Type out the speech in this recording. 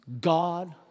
God